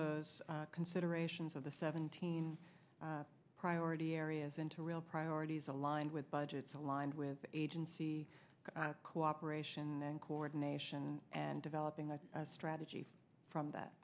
those considerations of the seventeen priority areas into real priorities aligned with budgets aligned with agency cooperation and coordination and developing a strategy from that